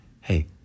Hey